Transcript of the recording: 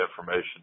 information